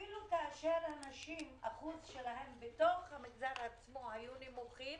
אפילו שאחוז הנשים בתוך המגזר היה נמוך,